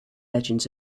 legends